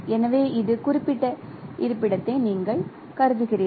எனவே இந்த குறிப்பிட்ட இருப்பிடத்தை நீங்கள் கருதுகிறீர்கள்